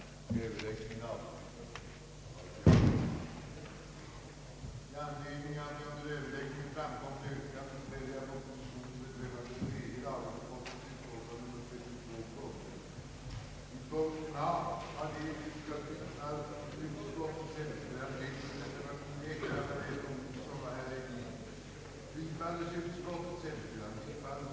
protokollet över jordbruksärenden för den 28 februari 1969, bland annat föreslagit riksdagen att godkänna de i propositionen förordade riktlinjerna för statens åtgärder för att främja fritidsfisket, samt medgiva, att för budgetåret 1969/70 statlig kreditgaranti för lån till åtgärder som främjade fritidsfisket finge beviljas intill ett belopp av 2 000 000 kronor.